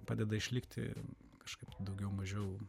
padeda išlikti kažkaip daugiau mažiau